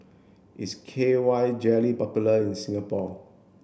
is K Y jelly popular in Singapore